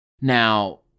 Now